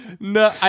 No